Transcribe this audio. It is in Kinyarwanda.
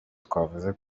twavuze